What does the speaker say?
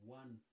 one